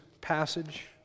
passage